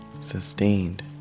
sustained